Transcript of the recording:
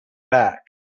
back